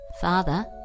Father